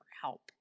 help